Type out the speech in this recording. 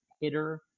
hitter